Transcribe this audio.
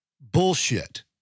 Bullshit